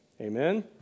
Amen